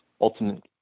ultimate